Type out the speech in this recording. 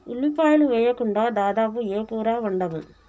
ఉల్లిపాయలు వేయకుండా దాదాపు ఏ కూర వండము